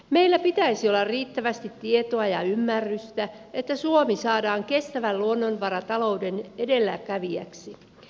meillä pitäisi olla riittävästi tietoa ja ymmärrystä että suomi saadaan kestävän luonnonvaratalouden edelläkävijäksi